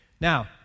Now